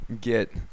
get